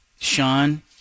Sean